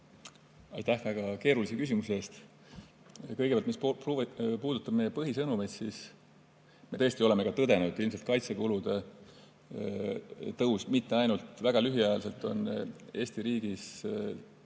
Aitäh väga keerulise küsimuse eest! Kõigepealt, mis puudutab meie põhisõnumeid, siis me tõesti oleme ka tõdenud, et ilmselt kaitsekulude tõus mitte ainult väga lühiajaliselt on Eesti riigis